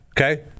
okay